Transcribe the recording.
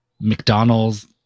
McDonald's